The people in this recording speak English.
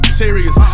serious